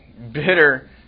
bitter